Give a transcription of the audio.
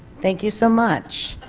thank you so much.